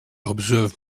observe